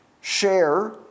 share